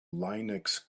linux